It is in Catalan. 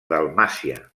dalmàcia